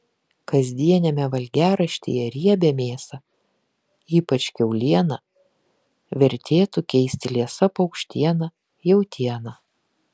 kasdieniame valgiaraštyje riebią mėsą ypač kiaulieną vertėtų keisti liesa paukštiena jautiena